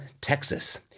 Texas